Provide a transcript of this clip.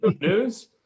news